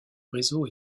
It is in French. réseau